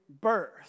birth